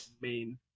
main